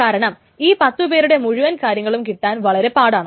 കാരണം ഈ പത്ത് പേരുടെ മുഴുവൻ കാര്യങ്ങളും കിട്ടാൻ വളരെ പാടാണ്